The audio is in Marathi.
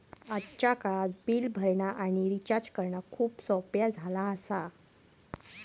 आजच्या काळात बिल भरणा आणि रिचार्ज करणा खूप सोप्प्या झाला आसा